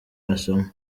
masomo